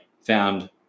found